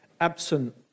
absent